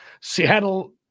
Seattle